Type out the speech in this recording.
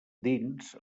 dins